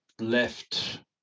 left